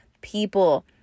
people